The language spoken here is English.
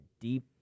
deep